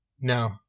No